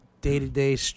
day-to-day